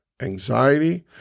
anxiety